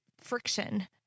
friction